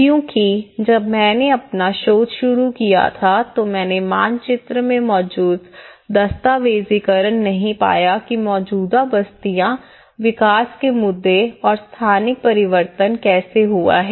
क्योंकि जब मैंने अपना शोध शुरू किया तो मैंने मानचित्र में मौजूद दस्तावेजीकरण नहीं पाया कि मौजूदा बस्तियां विकास के मुद्दे और स्थानिक परिवर्तन कैसे हुआ है